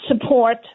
support